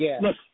look